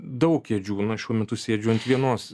daug kėdžių na šiuo metu sėdžiu ant vienos